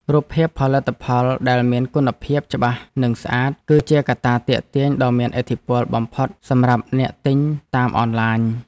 រូបភាពផលិតផលដែលមានគុណភាពច្បាស់និងស្អាត គឺជាកត្តាទាក់ទាញដ៏មានឥទ្ធិពលបំផុតសម្រាប់អ្នកទិញតាមអនឡាញ។